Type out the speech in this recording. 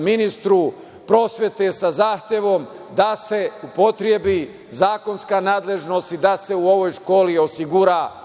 ministru prosvete, sa zahtevom da se upotrebi zakonska nadležnost i da se u ovoj školi osigura